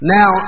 Now